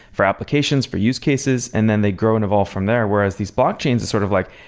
for applications, for use cases and then they grow and evolve from there. whereas these blockchains is sort of like,